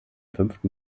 fünften